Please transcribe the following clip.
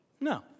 No